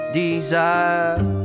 desire